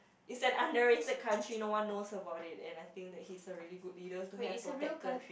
is an underrated country no one knows about it and I think he's a really good leader to have protected